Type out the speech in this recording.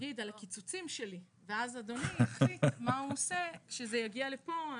תכף אגיד על הקיצוצים שלי ואז אדוני יחליט מה הוא עושה כשזה יגיע לפה.